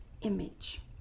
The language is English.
image